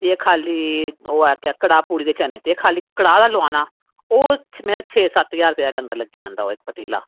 ते एह् ऐ खाल्ली कड़ाह् पूड़ी ते चने ते अगर कड़ाह् लोआना ते ओह् छे सत्त ज्हार रपेऽ दा लग्गी जंदा पतीला